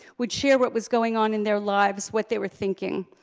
would share what was going on in their lives, what they were thinking.